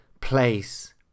place